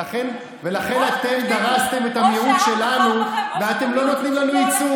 לכן אתם דרסתם את המיעוט שלנו ואתם לא נותנים לנו ייצוג.